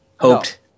hoped